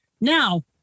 Now